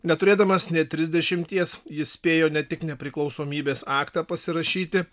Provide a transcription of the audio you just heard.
neturėdamas nė trisdešimties jis spėjo ne tik nepriklausomybės aktą pasirašyti